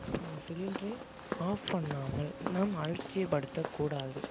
சிலிண்டரை ஆஃப் பண்ணாமல் நாம் அலட்சியப்படுத்தக்கூடாது